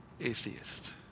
Atheist